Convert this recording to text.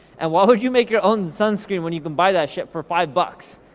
and why would you make your own sunscreen, when you can buy that shit for five bucks.